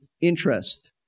interest